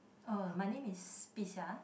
oh my name is Bi-Xia